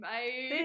Bye